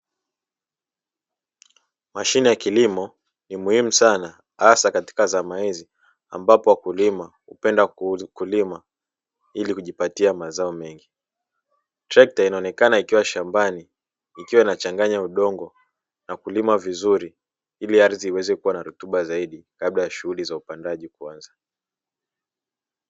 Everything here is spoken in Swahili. Mashine ya kilimo ni muhimu sana hasa katika zama hizi ambapo wakulima hupenda kulima ili kujipatia mazao mengi, trekta inaonekana ikiwa shambani ukiwa na changanya udongo na kulima vizuri ili ardhi iweze kuwa na rutuba zaidi kabla ya shughuli za upandaji kuanza.